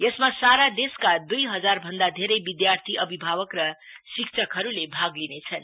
यसमा सारा देशका दुई हजारभन्द धेरै विद्यार्थीअभिभावक र शिक्षकहरुले भाग लिनेछन्